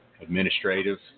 administrative